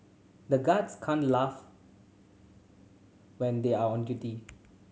the guards can't laugh when they are on duty